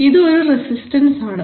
ഇത് ഒരു റസിസ്റ്റൻസ് ആണ്